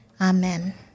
Amen